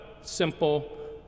simple